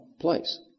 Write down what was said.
place